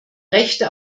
rechte